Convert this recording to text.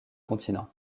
continent